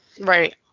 Right